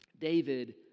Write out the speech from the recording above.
David